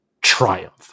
triumph